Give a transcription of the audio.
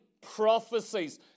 prophecies